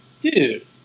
dude